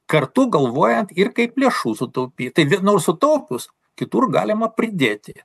kartu galvojant ir kaip lėšų sutaupyt tai vienur sutaupius kitur galima pridėti